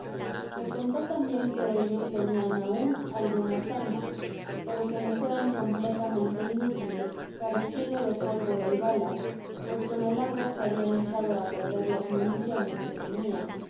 e contó tambien que ellos tenian aun algunas ar mas pero que les eran completamente inútilescareciendo de pólvora y balas pues con el agua se habian echado áperder las municiones que tenian